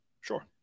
Sure